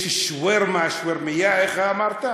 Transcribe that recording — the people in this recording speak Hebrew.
יש שווארמה, שווארמייה, איך אמרת?